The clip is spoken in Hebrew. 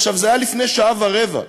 עכשיו, זה היה לפני שעה ורבע,